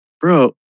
bro